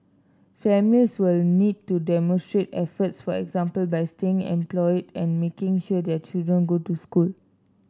families will need to demonstrate efforts for example by staying employed and making sure their children go to school